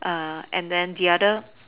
and then the other